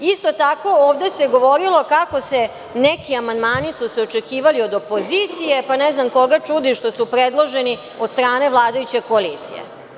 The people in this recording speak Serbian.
Isto tako, ovde se govorilo kako su se neki amandmani očekivali od opozicije, pa ne znam koga čudi što su predloženi od strane vladajuće koalicije.